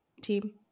team